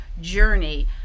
journey